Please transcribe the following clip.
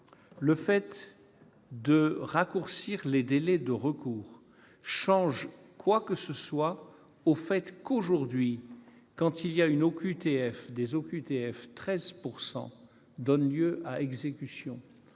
et raccourcir les délais de recours change quoi que ce soit au fait que, aujourd'hui, 13 % des OQTF donnent lieu à exécution